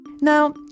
Now